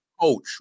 coach